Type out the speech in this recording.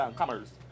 commerce